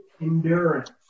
endurance